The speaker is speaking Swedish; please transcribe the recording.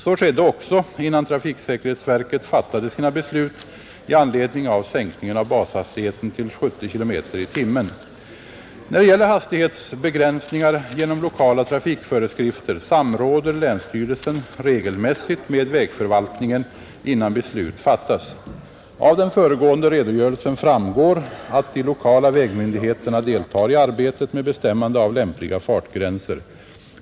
Så skedde också innan trafiksäkerhetsverket fattade sina beslut i anledning av sänkningen av bashastigheten till 70 kilometer i timmen, När det gäller hastighetsbegränsningar genom lokala trafikföreskrifter samråder länsstyrelsen regelmässigt med vägförvaltningen innan beslut fattas. Av den föregående redogörelsen framgår att de lokala vägmyndigheterna deltar i arbetet med bestämmande av lämpliga fartgränser.